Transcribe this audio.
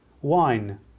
Wine